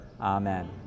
Amen